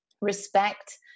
respect